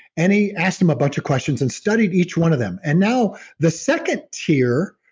and he asked them a bunch of questions and studied each one of them. and now the second tier,